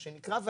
מה שנקרא,